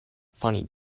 funny